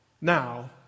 now